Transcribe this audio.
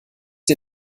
dir